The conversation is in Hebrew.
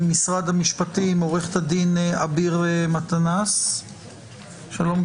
ממשרד המשפטים עו"ד עביר מטאנס שלום,